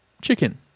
chicken